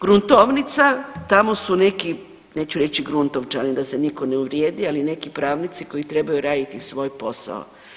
Gruntovnica, tamo su neki, neću reći gruntovčani da se niko ne uvrijedi, ali neki pravnici koji trebaju raditi svoj posao.